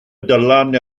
dylan